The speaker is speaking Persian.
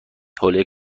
حوله